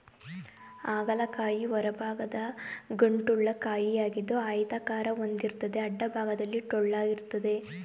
ಹಾಗಲ ಕಾಯಿ ಹೊರಭಾಗ ಗಂಟುಳ್ಳ ಕಾಯಿಯಾಗಿದ್ದು ಆಯತಾಕಾರ ಹೊಂದಿರ್ತದೆ ಅಡ್ಡಭಾಗದಲ್ಲಿ ಟೊಳ್ಳಾಗಿರ್ತದೆ